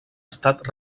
estat